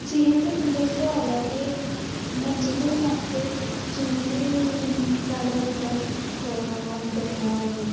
जियां कि तुं'दा सुआल ऐ के नच्चदे मौकै जिन्नियां बी साढ़ै उत्थै उंदे न